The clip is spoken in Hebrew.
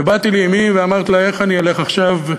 ובאתי לאמי ואמרתי לה: איך אני אלך עכשיו?